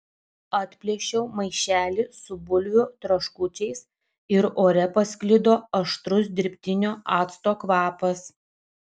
atplėšiau maišelį su bulvių traškučiais ir ore pasklido aštrus dirbtinio acto kvapas